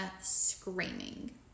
screaming